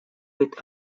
with